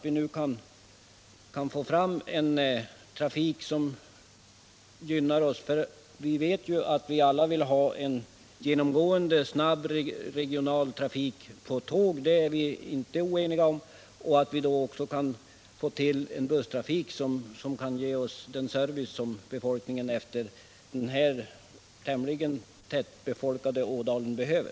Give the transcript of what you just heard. Vi vill ju alla ha en genomgående, snabb regional trafik med tåg, och det är nu att hoppas att vi också kan få enbusstrafik som ger den service som befotkninen i den tämligen tättbefolkade ådalen behöver.